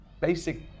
basic